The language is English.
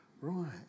right